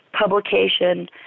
publication